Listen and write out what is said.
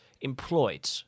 employed